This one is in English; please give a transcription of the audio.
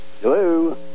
Hello